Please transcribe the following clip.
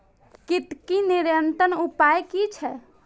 कीटके नियंत्रण उपाय कि छै?